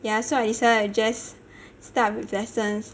ya so I decided just start with lessons